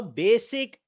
basic